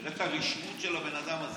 תראה את הרשעות של הבן אדם הזה.